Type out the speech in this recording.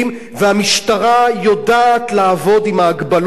והמשטרה יודעת לעבוד עם ההגבלות האלה.